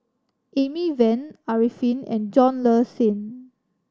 Amy Van Arifin and John Le Cain